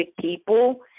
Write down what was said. people